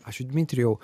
ačiū dmitrijau